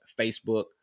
Facebook